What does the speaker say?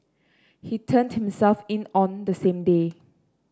he turned himself in on the same day